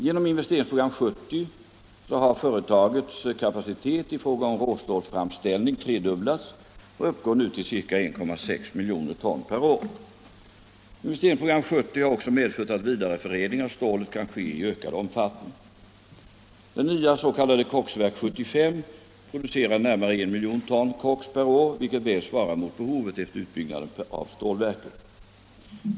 Genom Investeringsprogram 70 har företagets kapacitet i fråga om rå stålsframställning tredubblats och uppgår nu till ca 1,6 miljoner ton per år. IP 70 har också medfört att vidareförädling av stålet kan ske i ökad omfattning. Det nya s.k. Koksverk 75 producerar närmare 1 miljon ton koks per år, vilket väl svarar mot behovet efter utbyggnaden av stålverket.